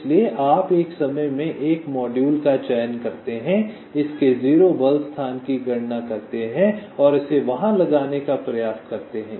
इसलिए आप एक समय में एक मॉड्यूल का चयन करते हैं इसके 0 बल स्थान की गणना करते है और इसे वहां लगाने का प्रयास करते है